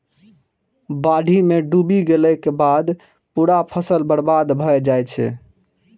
बाढ़ि मे डूबि गेलाक बाद पूरा फसल बर्बाद भए जाइ छै